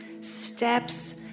steps